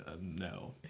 no